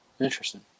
Interesting